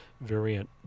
variant